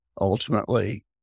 ultimately